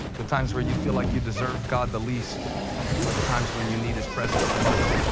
the times where you feel like you deserve god the least are the times when you need his presence the most.